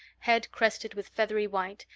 head crested with feathery white,